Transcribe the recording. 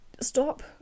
stop